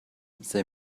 they